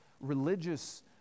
religious